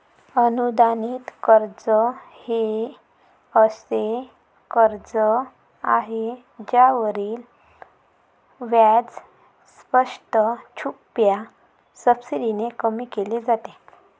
अनुदानित कर्ज हे असे कर्ज आहे ज्यावरील व्याज स्पष्ट, छुप्या सबसिडीने कमी केले जाते